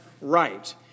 right